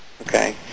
Okay